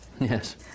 Yes